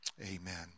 Amen